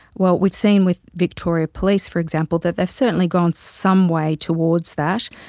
well we've seen with victoria police, for example, that they've certainly gone some way towards that,